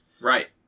Right